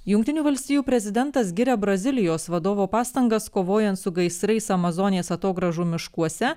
jungtinių valstijų prezidentas giria brazilijos vadovo pastangas kovojant su gaisrais amazonės atogrąžų miškuose